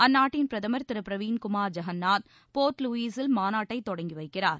அந்நாட்டின் பிரதமர் திரு பிரவீன்குமார் ஜெகன்னாத் போர்ட் லூயிஸில் மாநாட்டைத் தொடங்கி வைக்கிறார்